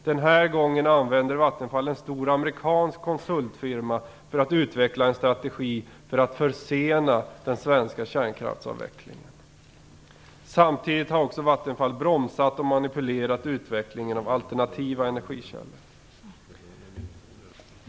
Den här gången använder Vattenfall en stor amerikansk konsultfirma för att utveckla en strategi för att försena den svenska kärnkraftsavvecklingen. Samtidigt har också Vattenfall bromsat och manipulerat utvecklingen av alternativa energikällor.